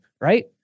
right